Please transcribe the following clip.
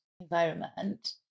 environment